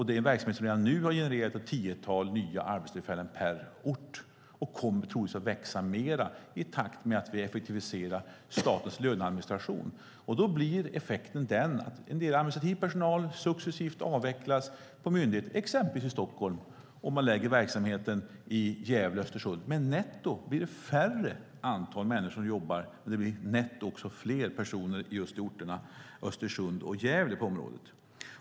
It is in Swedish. Det är en verksamhet som redan nu har genererat ett tiotal nya arbetstillfällen per ort och som troligtvis kommer att växa mer i takt med att vi effektiviserar statens löneadministration. Då blir effekten den att en del administrativ personal successivt avvecklas på myndigheten, exempelvis i Stockholm, och man lägger verksamheten i Gävle och Östersund. Netto blir det färre människor som jobbar, men det blir netto också fler personer på just orterna Östersund och Gävle på området.